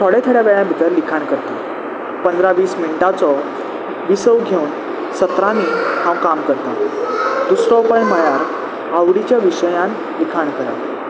थोडे थोड्या वेळा भितर लिखाण करता पंदरा वीस मिनटाचो विसव घेवन सतरांनी हांव काम करतां दुसरो उपाय म्हळ्यार आवडीच्या विशयान लिखाण करप